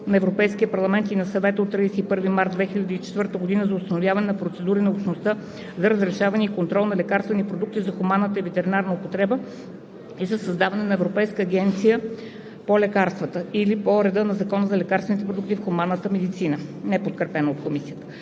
на Европейския парламент и на Съвета от 31 март 2004 г. за установяване на процедури на Общността за разрешаване и контрол на лекарствени продукти за хуманна и ветеринарна употреба и за създаване на Европейска агенция по лекарствата (OB, L 136/1 от 30 април 2004 г.) или по реда на Закона за лекарствените продукти в хуманната медицина.“ Комисията